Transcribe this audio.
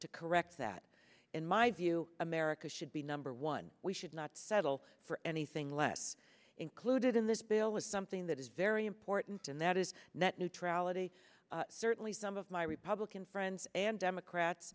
to correct that in my view america should be number one we should not settle for anything less included in this bill is something that is very important and that is net neutrality certainly some of my republican friends and democrats